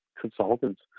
Consultants